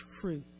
fruit